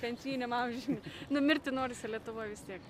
pensijiniam amžiui numirti norisi lietuvoj vis tiek